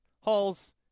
halls